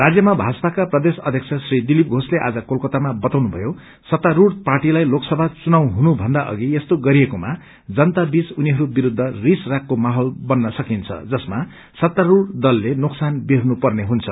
राज्यमा भाजपाका प्रदेश अध्यक्ष श्री दिलीप घोषले आज कोलकातामा बताउनुभयो सत्तास्ढ़ पार्टीलाई लोकसभा चुनाव हुनुभन्दा अघि यस्तो गरिएकोमा जनता बीच उनीहरू विरूद्ध रिस रागको माहैल बन्न सकिन्छ जसमा सत्तास्रूढ़ दलले नोक्सान बेर्हनु पर्ने हुन्छ